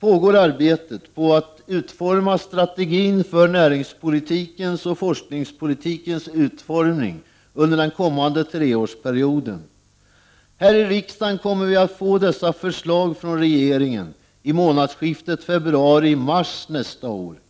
pågår arbetet på att utforma strategin för näringspolitikens och forskningspolitikens utformning under den kommande treårsperioden. Här i riksdagen kommer vi att få dessa förslag från regeringen i månadsskiftet februari-mars nästa år.